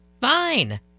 fine